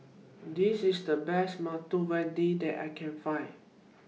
This IS The Best Medu Vada that I Can Find